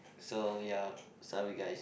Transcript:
so ya sorry guys